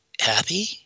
happy